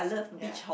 ya